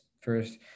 First